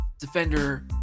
defender